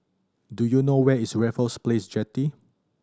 do you know where is Raffles Place Jetty